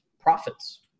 profits